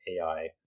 AI